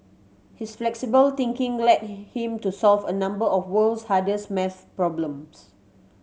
his flexible thinking led him to solve a number of world's hardest maths problems